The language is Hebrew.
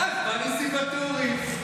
ואז בא ניסים ואטורי.